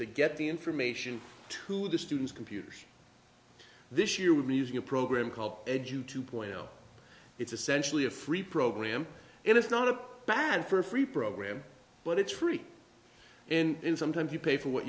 to get the information to the students computers this year would be using a program called edge you two point zero it's essentially a free program and it's not a bad for free program but it's free and sometimes you pay for what